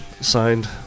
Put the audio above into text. signed